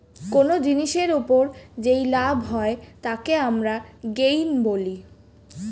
কোন জিনিসের ওপর যেই লাভ হয় তাকে আমরা গেইন বলি